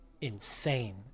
insane